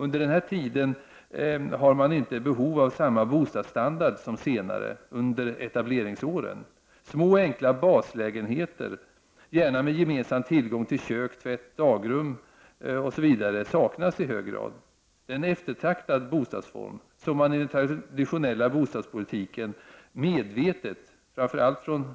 Under denna tid har man inte behov av samma bostadsstandard som senare under etableringsåren. Små enkla baslägenheter, gärna med gemensam tillgång till kök, tvätt, dagrum osv. saknas i hög grad. Det är en eftertraktad bostadsform som man i den traditionella bostadspolitiken medvetet — framför allt från